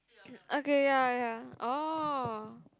okay ya ya oh